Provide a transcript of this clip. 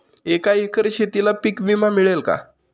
एका एकर शेतीला पीक विमा मिळेल का?